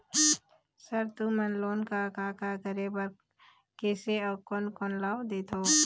Sir तुमन loan का का करें बर, किसे अउ कोन कोन ला देथों?